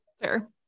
Fair